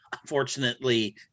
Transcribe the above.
unfortunately